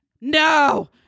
No